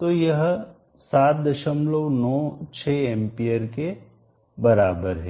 तो यह 796 एंपियर के बराबर है